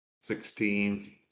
Sixteen